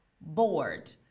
bored